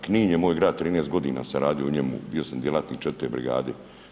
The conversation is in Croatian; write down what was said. Knin je moj grad, 13 godina sam radio u njemu, bio sam djelatnik 4. brigade.